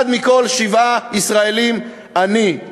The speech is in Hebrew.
אחד מכל שבעה ישראלים עני,